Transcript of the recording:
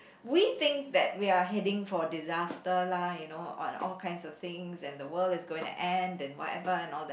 we think that we are heading for disaster lah you know on all kind of things and the world is going to end and whatever and all that